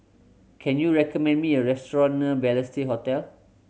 can you recommend me a restaurant near Balestier Hotel